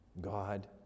God